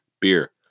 beer